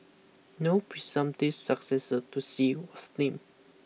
no presumptive successor to Xi was named